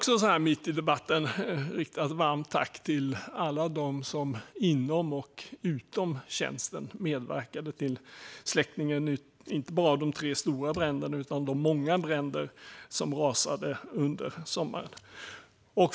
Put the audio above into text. Så här mitt i debatten vill jag också rikta ett varmt tack till alla dem som inom och utom tjänsten medverkade till släckningen av inte bara de tre stora bränderna utan också de många andra bränder som rasade under sommaren.